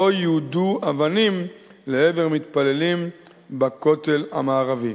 לא יודו אבנים לעבר מתפללים בכותל המערבי.